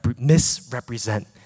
misrepresent